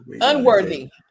unworthy